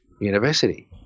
University